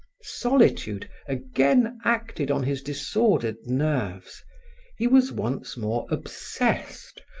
solitude again acted on his disordered nerves he was once more obsessed,